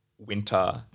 winter